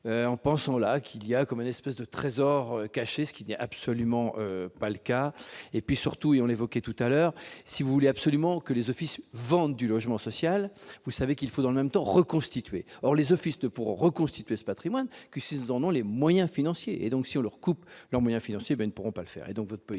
en pensant là qu'il y a comme une espèce de trésor caché, ce qui n'est absolument pas le cas, et puis surtout on évoquait tout à l'heure si vous voulez absolument que les Offices du logement social, vous savez qu'il faut dans le même temps, reconstitué, or les offices de pour reconstituer ce Patrimoine qui, s'ils en ont les moyens financiers et donc si on leur coupe leurs moyens financiers, mais ne pourront pas le faire et donc votre politique